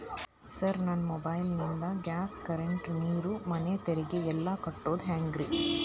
Sir ನನ್ನ mobile ನಿಂದ gas, current, ನೇರು, ಮನೆ ತೆರಿಗೆ ಎಲ್ಲಾ ಕಟ್ಟೋದು ಹೆಂಗ್ರಿ?